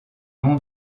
nom